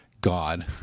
God